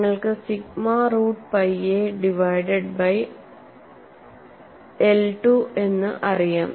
നിങ്ങൾക്ക് sigma root pi a divided by I2 എന്ന് അറിയാം